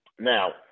Now